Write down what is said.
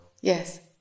Yes